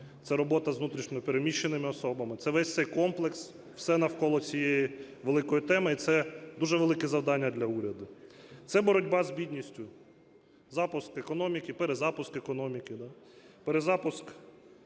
це робота з внутрішньо переміщеними особами. Це весь цей комплекс, все навколо цієї великої теми, і це дуже велике завдання для уряду. Це боротьба з бідністю, запуск економіки, перезапуск економіки, перезапуск тих